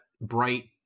bright